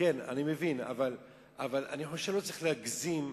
אני חושב שלא צריך להגזים,